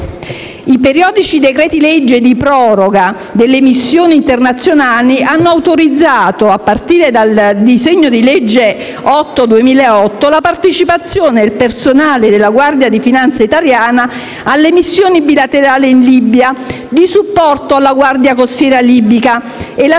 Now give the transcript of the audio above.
I periodici decreti-legge di proroga delle missioni internazionali hanno autorizzato, a partire dal disegno di legge n. 8 del 2008, la partecipazione del personale della Guardia di finanza italiana alle missioni bilaterali in Libia di supporto alla Guardia costiera libica e la spesa per